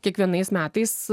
kiekvienais metais